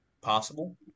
possible